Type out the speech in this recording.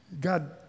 God